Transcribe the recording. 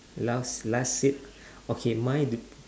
last last seat okay my do